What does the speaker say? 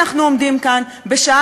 אנחנו בשעה